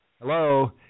Hello